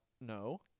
no